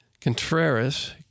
Contreras